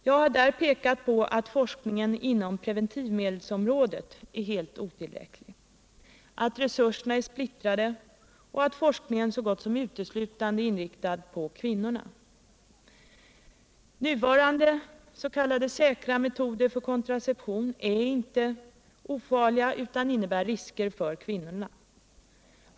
Jag har där pekat på att forskningen inom preventivmedelsområdet är helt otillräcklig, att resurserna är splittrade och att forskningen så gott som uteslutande är inriktad på kvinnorna. Nuvarande s.k. säkra metoder för kontraception är inte ofarliga utan innebär risker för kvinnorna.